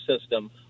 system